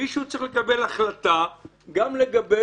מישהו צריך לקבל החלטה גם לגבי